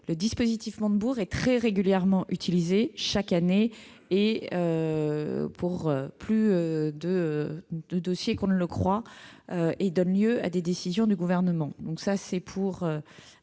le dispositif Montebourg est régulièrement utilisé chaque année, pour plus de dossiers qu'on ne le croit, et donne lieu à des décisions du Gouvernement. Je ne voudrais